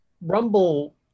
rumble